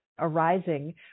arising